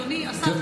אדוני השר,